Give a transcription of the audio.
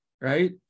right